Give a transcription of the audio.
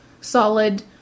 solid